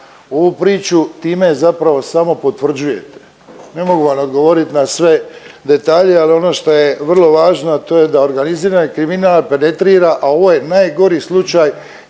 ovu priču, time je zapravo samo potvrđujete. Ne mogu vam odgovorit na sve detalje ali ono što je vrlo važno, a to je da organizirani kriminal penetrira, a ovo je najgori slučaj